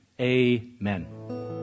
amen